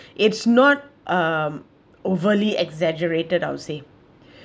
it's not um overly exaggerated I will say